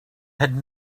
had